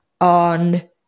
on